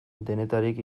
denetarik